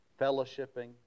fellowshipping